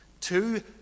two